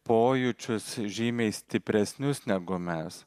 pojūčius žymiai stipresnius negu mes